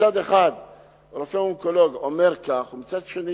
מצד אחד אונקולוג אומר כך, ומצד שני